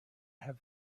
have